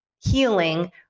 healing